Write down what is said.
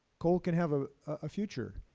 coal can have a ah future.